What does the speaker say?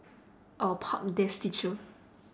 our teacher